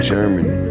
Germany